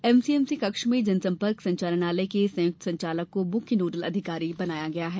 MCMC कक्ष में जनसंपर्क संचालनालय के संयुक्त संचालक को मुख्य नोडल अधिकारी बनाया गया है